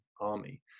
army